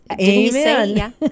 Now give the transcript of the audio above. Amen